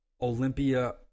Olympia